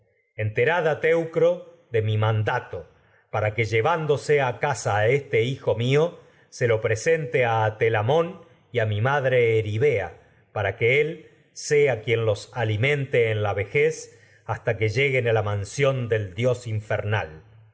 enterad teucro este de mi dato para a llevándose a casa a hijo mío se lo presente telamón y a mi madre ei ibea para que él sea alimente dios en quien los la vejez hasta que lleguen armas a la mansión del infernal